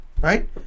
right